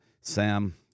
Sam